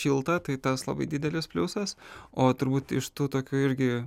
šilta tai tas labai didelis pliusas o turbūt iš tų tokių irgi